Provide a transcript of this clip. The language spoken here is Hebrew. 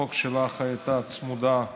חוק שלך הייתה צמודה,